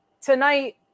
tonight